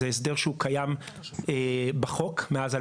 זה הסדר הוא קיים בחוק מאז 2008,